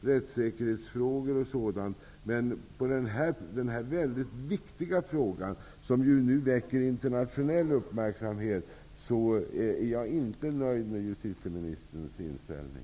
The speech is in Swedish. rättssäkerhetsfrågor m.m., men i den här mycket viktiga frågan, som nu väcker internationell uppmärksamhet, är jag inte nöjd med justitieministerns inställning.